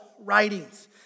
writings